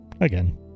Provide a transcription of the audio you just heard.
again